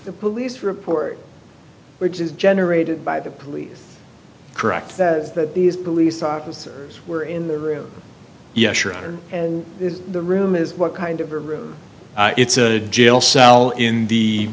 the police report which is generated by the police correct that is that these police officers were in the room yes sure and this is the room is what kind of a room it's a jail cell in